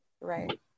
Right